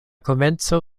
komenco